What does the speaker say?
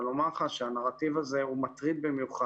אבל לומר לך שהנרטיב הוא מטריד במיוחד.